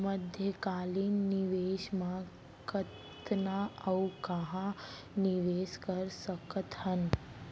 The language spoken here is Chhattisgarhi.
मध्यकालीन निवेश म कतना अऊ कहाँ निवेश कर सकत हन?